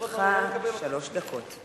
לרשותך שלוש דקות.